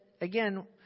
again